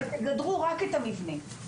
תגדרו רק את המבנה,